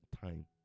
time